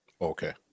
okay